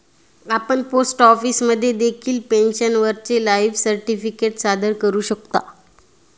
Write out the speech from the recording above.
आपण पोस्ट ऑफिसमध्ये देखील पेन्शनरचे लाईफ सर्टिफिकेट सादर करू शकता